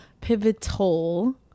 pivotal